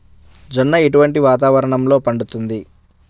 జొన్న ఎటువంటి వాతావరణంలో పండుతుంది?